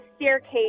staircase